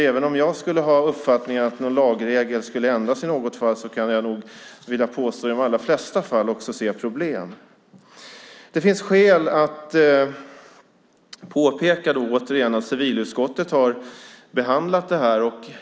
Även om jag skulle ha uppfattningen att någon lagregel skulle ändras i något fall, vill jag påstå att jag i de allra flesta fall också ser problem. Det finns skäl att återigen påpeka att civilutskottet har behandlat frågan.